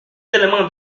éléments